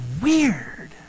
weird